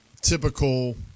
typical